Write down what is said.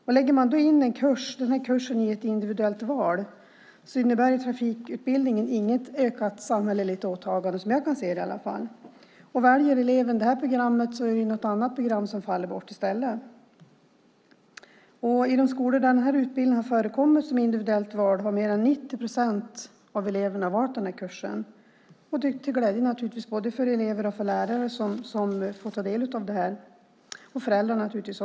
Om man lägger in denna kurs i ett individuellt val innebär inte trafikutbildningen något ökat samhälleligt åtagande - inte som jag kan se i alla fall. Om eleven väljer detta program är det ju något annat program som faller bort i stället. I de skolor där denna utbildning har förekommit som individuellt val har mer än 90 procent av eleverna valt kursen, naturligtvis till glädje för både elever och lärare som får ta del av det hela och även för föräldrar.